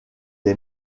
est